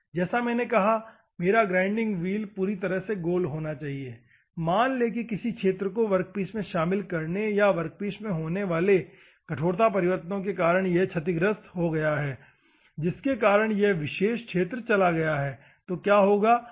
जैसा मैंने कहा मेरा ग्राइंडिंग व्हील पूरी तरह से गोल होना चाहिए मान लें कि किसी क्षेत्र को वर्कपीस में शामिल करने या वर्कपीस में होने वाले कठोरता परिवर्तन के कारण यह क्षतिग्रस्त हो गया है जिसके कारण यह विशेष क्षेत्र चला गया है तो क्या होगा